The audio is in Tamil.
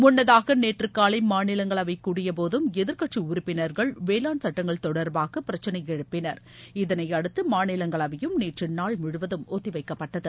முன்னதாக நேற்று காலை மாநிலங்களவை கூடிய போதும் எதிர்க்கட்சி உறுப்பினர்கள் வேளாண் சட்டங்கள் தொடர்பாக பிரச்சினை எழுப்பினர் இதனையடுத்து மாநிலங்களவையும் நேற்று நாள் முழுவதும் ஒத்திவைக்கப்பட்டது